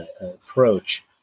approach